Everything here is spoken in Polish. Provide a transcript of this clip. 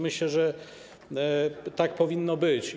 Myślę, że tak powinno być.